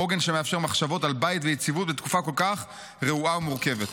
עוגן שמאפשר מחשבות על בית ויציבות בתקופה כל כך רעועה ומורכבת.